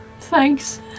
Thanks